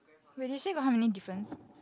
wait they say got how many difference